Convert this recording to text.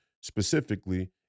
specifically